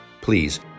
please